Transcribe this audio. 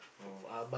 ah